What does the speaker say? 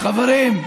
של מי הלחן?